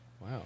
Wow